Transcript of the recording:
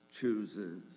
chooses